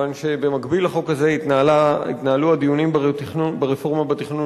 כיוון שבמקביל לחוק הזה התנהלו הדיונים ברפורמה בתכנון